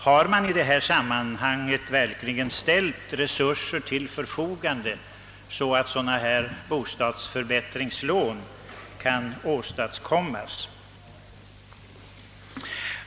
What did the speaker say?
Har det verkligen ställts resurser till förfogande, så att sådana .här bostadsförbättringslån kan åstadkommas?